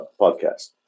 podcast